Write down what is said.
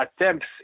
attempts